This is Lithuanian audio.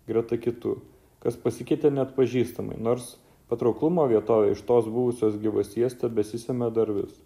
greta kitų kas pasikeitė neatpažįstamai nors patrauklumo vietovė iš tos buvusios gyvasties tebesisemia dar vis